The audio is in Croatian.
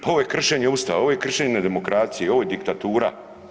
Pa ovo je kršenje Ustava, ovo je kršenje demokracije, ovo je diktatura.